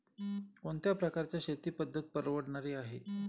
कोणत्या प्रकारची शेती पद्धत परवडणारी आहे?